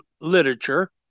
literature